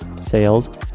sales